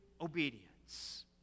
obedience